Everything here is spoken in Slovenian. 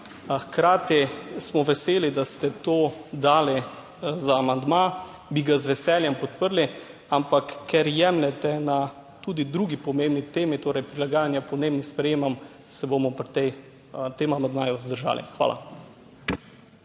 Hkrati smo veseli, da ste to dali za amandma, bi ga z veseljem podprli, ampak ker jemljete na tudi drugi pomembni temi, torej prilagajanja podnebnim spremembam, se bomo pri tem amandmaju vzdržali, hvala.